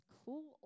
cool